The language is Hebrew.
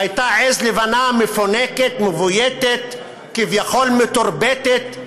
שהייתה עז לבנה מפונקת מבויתת, כביכול מתורבתת.